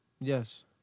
Yes